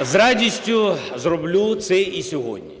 З радістю зроблю це і сьогодні.